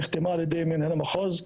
נחתמה על ידי מנהל המחוז.